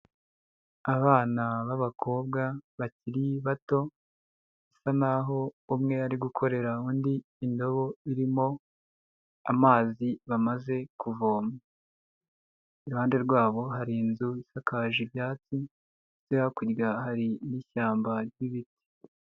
Abana b'abakobwa bakiri bato, bisa naho umwe ari gukorera undi indobo irimo amazi bamaze kuvoma. Iruhande rwabo hari inzu isakaje ibyatsi ndetse hakurya hari n'ishyamba ry'ibiti.